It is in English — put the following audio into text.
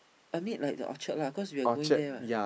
I meet like the Orchard lah because we are going there what